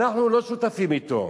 אנחנו לא שותפים אתו.